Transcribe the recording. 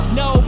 no